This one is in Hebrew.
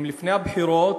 אם לפני הבחירות